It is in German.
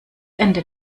ende